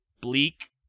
bleak